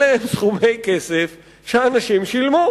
אלה סכומי כסף שאנשים שילמו.